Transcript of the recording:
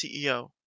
CEO